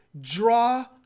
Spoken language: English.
draw